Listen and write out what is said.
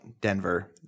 Denver